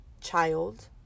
child